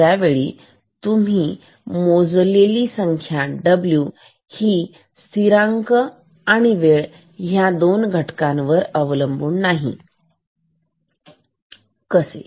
जेव्हा तुम्ही काहीही करून मोजलेली संख्या w या दोन्ही घटकांवर अवलंबून राहणार नाही कसे